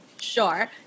Sure